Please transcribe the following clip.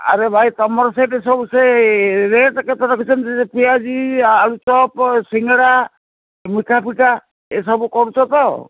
ଆରେ ଭାଇ ତୁମର ସେଇଠି ସବୁ ସେ ରେଟ୍ କେତେ ରଖିଛନ୍ତି ପିଆଜି ଆଳୁ ଚପ୍ ସିଙ୍ଗଡ଼ା ମିଠା ପିଠା ଏସବୁ କରୁଛ ତ